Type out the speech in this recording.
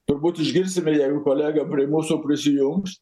turbūt išgirsime jeigu kolega mūsų prisijungs